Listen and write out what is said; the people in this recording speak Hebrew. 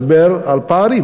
מדבר על פערים